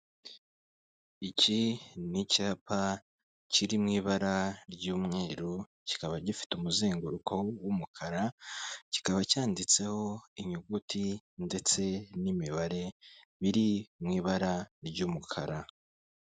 Iki ni icyapa kiri mu ibara ry'umweru, kikaba gifite umuzenguruko w'umukara, kikaba cyanditseho inyuguti ndetse n'imibare biri mu ibara ry'umukara.